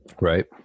right